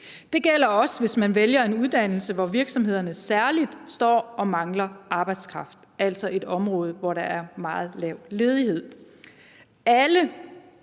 Det gælder også, hvis man vælger en uddannelse, hvor virksomhederne særligt står og mangler arbejdskraft, altså et område, hvor der er meget lav ledighed.